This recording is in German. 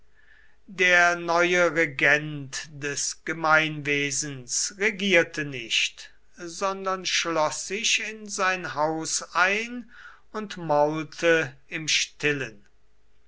der neue regent des gemeinwesens regierte nicht sondern schloß sich in sein haus ein und maulte im stillen